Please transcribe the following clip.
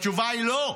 התשובה היא לא.